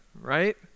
right